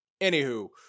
anywho